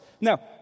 Now